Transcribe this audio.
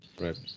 Right